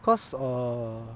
because err